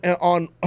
on